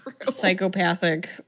psychopathic